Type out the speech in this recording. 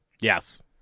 Yes